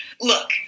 look